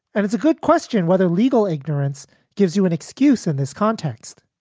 and it's a good question whether legal ignorance gives you an excuse in this context.